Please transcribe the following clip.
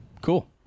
cool